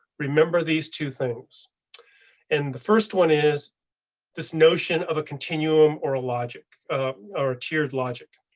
remember these two things and the first one is this notion of a continuum or ah logic or tiered logic.